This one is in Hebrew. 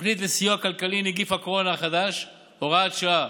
התוכנית לסיוע כלכלי (נגיף הקורונה החדש) (הוראת שעה),